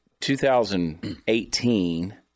2018